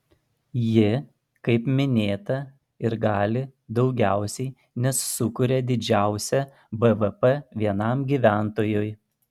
ji kaip minėta ir gali daugiausiai nes sukuria didžiausią bvp vienam gyventojui